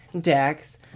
Dex